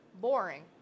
boring